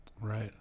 Right